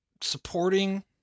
supporting